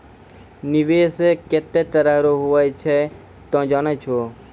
निवेश केतै तरह रो हुवै छै तोय जानै छौ